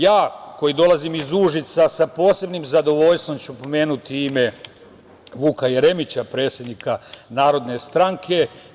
Ja koji dolazim iz Užica, sa posebnim zadovoljstvom ću pomenuti ime Vuka Jeremića, predsednika Narodne stranke.